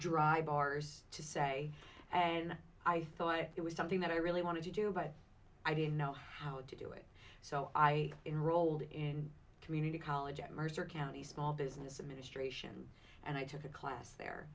dry bars to say and i thought it was something that i really wanted to do but i didn't know how to do it so i enroll in community college at mercer county small business administration and i took a class there